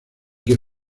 que